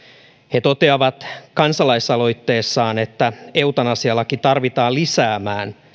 he toteavat kansalaisaloitteessaan että eutanasialaki tarvitaan lisäämään